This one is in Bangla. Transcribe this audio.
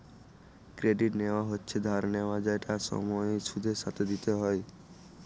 ক্রেডিট নেওয়া হচ্ছে ধার নেওয়া যেটা একটা সময় সুদের সাথে দিতে হয়